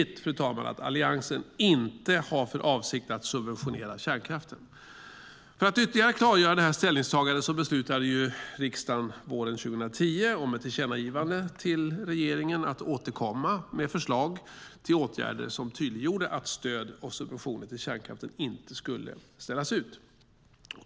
Det är tydligt att Alliansen inte har för avsikt att subventionera kärnkraften. För att ytterligare klargöra detta ställningstagande beslutade riksdagen våren 2010 om ett tillkännagivande till regeringen att återkomma med förslag till åtgärder som tydliggjorde att stöd och subventioner till kärnkraften inte skulle ställas ut.